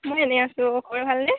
মই এনেই আছোঁ খবৰ ভালনে